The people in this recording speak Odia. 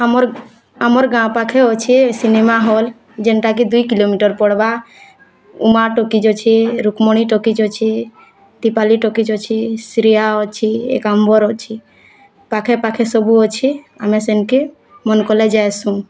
ଆମର୍ ଆମର୍ ଗାଁ ପାଖେ ଅଛେ ସିନେମା ହଲ୍ ଯେନ୍ତା କି ଦୁଇ କିଲୋମିଟର୍ ପଡ଼ବା ମା ଟକିଜ୍ ଅଛି ରୁକ୍ମଣୀ ଟକିଜ୍ ଅଛି ଦୀପାଲୀ ଟକିଜ୍ ଅଛି ଶ୍ରୀୟା ଅଛି ଏକାମ୍ବର୍ ଅଛି ପାଖେପାଖେ ସବୁଅଛି ଆମେ ସେନକେ ମନ୍ କଲେ ଯାଏସୁଁ